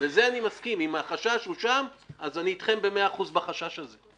אם החשש שלכם הוא שם אז אני אתכם במאה אחוז בחשש הזה.